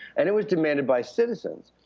and it was demanded by citizens.